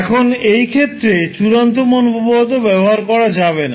এখন এই ক্ষেত্রে চূড়ান্ত মান উপপাদ্য ব্যবহার করা যাবে না